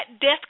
death